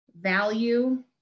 Value